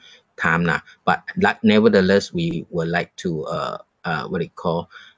time lah but like nevertheless we would like to uh uh what do you call